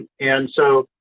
and so,